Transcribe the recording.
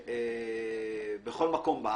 זה אולי החלק הכי חשוב בהרתעה.